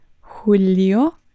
Julio